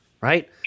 right